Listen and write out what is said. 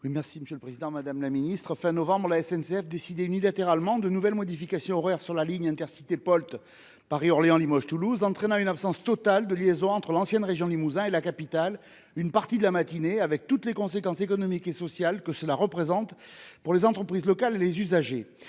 à la fin du mois de novembre dernier, la SNCF décidait unilatéralement de nouvelles modifications d'horaires sur la ligne Intercités Paris-Orléans-Limoges-Toulouse, dite Polt, entraînant une absence totale de liaison entre l'ancienne région Limousin et la capitale une partie de la matinée, avec toutes les conséquences économiques et sociales que cela représente pour les entreprises locales et les usagers.